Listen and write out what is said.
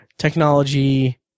Technology